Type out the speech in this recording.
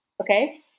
Okay